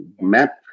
map